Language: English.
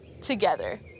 together